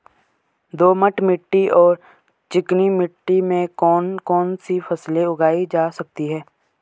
दोमट मिट्टी और चिकनी मिट्टी में कौन कौन सी फसलें उगाई जा सकती हैं?